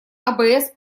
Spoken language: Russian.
абс